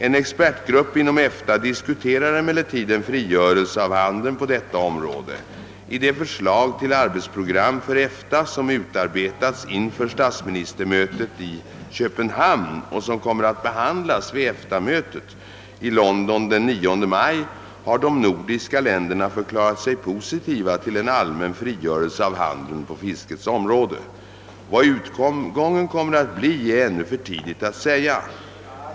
En expertgrupp inom EFTA diskuterar emellertid en frigörelse av handeln på detta område. I det förslag till arbetsprogram för EFTA som utarbetats inför statsministermötet i Köpenhamn och som kommer . att behandlas vid EFTA-mötet i London den 9 maj har de nordiska länderna förklarat sig positiva till en allmän frigörelse av handeln på fiskets område. Vad utgången kommer att bli är ännu för tidigt att säga.